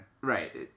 Right